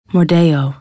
Mordeo